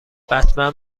بتمن